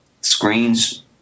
screens